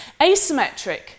Asymmetric